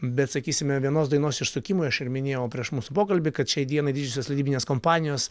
bet sakysime vienos dainos išsukimui aš ir minėjau prieš mūsų pokalbį kad šiai dienai didžiosios leidybinės kompanijos